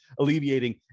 alleviating